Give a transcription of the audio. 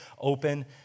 open